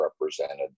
represented